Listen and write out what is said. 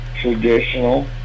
traditional